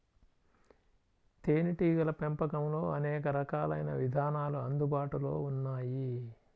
తేనీటీగల పెంపకంలో అనేక రకాలైన విధానాలు అందుబాటులో ఉన్నాయి